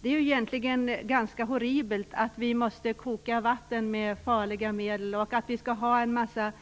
Det är ju egentligen ganska horribelt att vi måste koka vatten med hjälp av farliga medel och att vi skall ha en massa